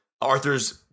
Arthur's